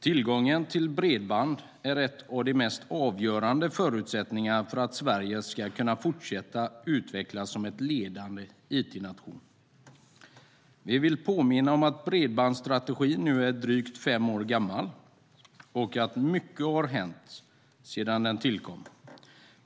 Tillgång till bredband är en av de mest avgörande förutsättningarna för att Sverige ska kunna fortsätta utvecklas som en ledande it-nation. Vi vill påminna om att bredbandsstrategin nu är drygt fem år gammal och att mycket har hänt sedan den tillkom.